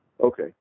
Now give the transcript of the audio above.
Okay